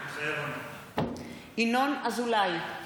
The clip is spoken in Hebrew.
מתחייב אני יינון אזולאי,